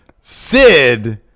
Sid